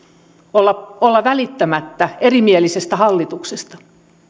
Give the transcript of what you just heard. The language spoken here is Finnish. olla olla välittämättä erimielisestä hallituksesta